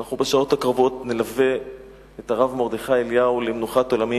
ואנחנו בשעות הקרובות נלווה את הרב מרדכי אליהו למנוחת עולמים,